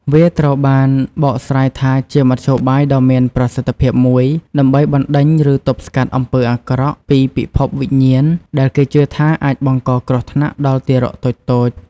វាត្រូវបានបកស្រាយថាជាមធ្យោបាយដ៏មានប្រសិទ្ធភាពមួយ ដើម្បីបណ្តេញ ឬទប់ស្កាត់អំពើអាក្រក់ពីពិភពវិញ្ញាណដែលគេជឿថាអាចបង្កគ្រោះថ្នាក់ដល់ទារកតូចៗ។